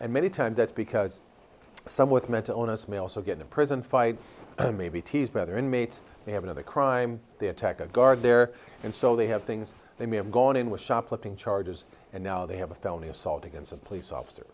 and many times that's because some with mental illness may also get in prison fight may be teased by other inmates they have another crime they attack a guard there and so they have things they may have gone in with shoplifting charges and now they have a felony assault against a police officer